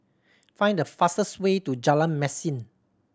find the fastest way to Jalan Mesin